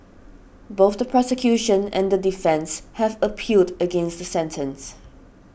both the prosecution and the defence have appealed against the sentence